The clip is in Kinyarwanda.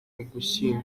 ugushyingo